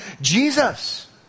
Jesus